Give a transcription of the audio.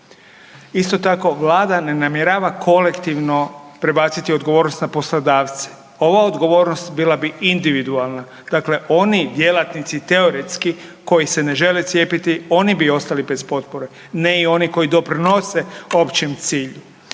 Isto tako, Vlada ne namjerava kolektivno prebaciti odgovornost na poslodavce, ova odgovornost bila bi individualna. Dakle, oni djelatnici teoretski koji se ne žele cijepiti oni bi ostali bez potpore, ne i oni koji doprinose općem cilju.